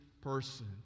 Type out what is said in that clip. person